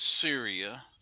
Syria